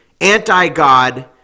anti-God